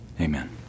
Amen